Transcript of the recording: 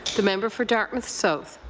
the member for dartmouth south.